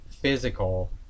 physical